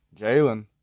Jalen